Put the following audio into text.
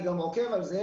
אני גם עוקב אחרי זה